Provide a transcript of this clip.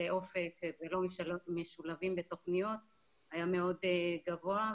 אופק ולא משולבים בתוכניות היה מאוד גבוה,